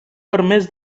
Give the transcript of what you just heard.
permès